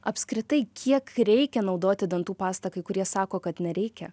apskritai kiek reikia naudoti dantų pastą kai kurie sako kad nereikia